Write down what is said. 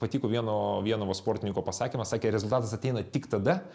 patiko vieno vieno va sportininko pasakymas sakė rezultatas ateina tik tada